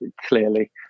Clearly